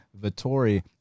vittori